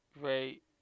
great